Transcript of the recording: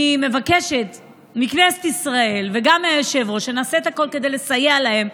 אני מבקשת מכנסת ישראל וגם מהיושב-ראש שנעשה את הכול כדי לסייע להם.